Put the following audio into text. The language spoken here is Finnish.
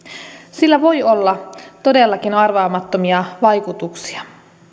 sillä voi olla todellakin arvaamattomia vaikutuksia